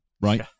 right